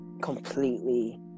completely